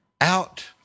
out